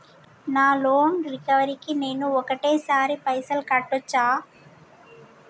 నా loan recovery కి నేను ఒకటేసరి పైసల్ కట్టొచ్చా?